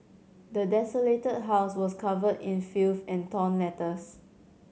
the desolated house was covered in filth and torn letters